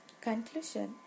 conclusion